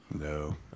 No